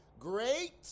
Great